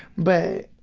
but,